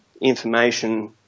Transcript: information